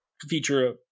feature